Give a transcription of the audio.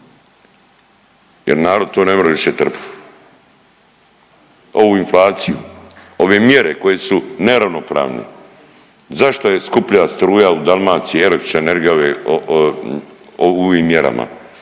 jer narod to ne more više trpit, ovu inflaciju, ove mjere koje su neravnopravne. Zašto je skuplja struja u Dalmaciji, električna energija ovim mjerama